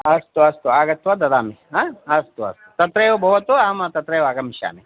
अस्तु अस्तु आगत्य ददामि ह अस्तु अस्तु तत्रैव भवतु अहं तत्रैव आगमिष्यामि